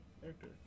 character